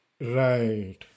Right